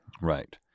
Right